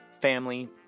family